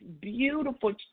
beautiful